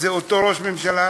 זה אותו ראש ממשלה,